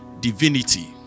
divinity